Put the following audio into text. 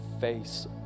face